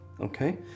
okay